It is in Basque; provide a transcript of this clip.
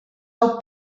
hau